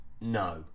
no